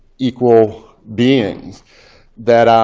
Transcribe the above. equal beings that